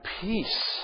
peace